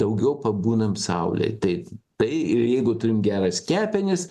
daugiau pabūnam saulėj tai tai ir jeigu turim geras kepenis